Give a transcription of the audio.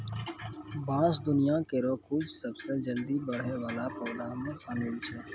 बांस दुनिया केरो कुछ सबसें जल्दी बढ़ै वाला पौधा म शामिल छै